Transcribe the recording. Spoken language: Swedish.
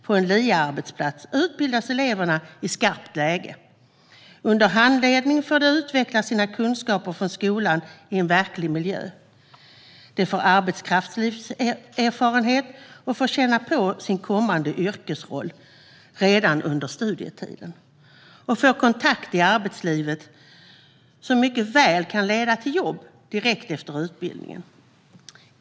På en LIA-arbetsplats utbildas eleverna i skarpt läge. Under handledning får de vidareutveckla sina kunskaper från skolan i en verklig miljö. De får arbetslivserfarenhet och får känna på sin kommande yrkesroll redan under studietiden. De får kontakter i arbetslivet som mycket väl kan leda till jobb direkt efter utbildningen.